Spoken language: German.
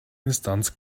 instanz